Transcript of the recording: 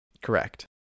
Correct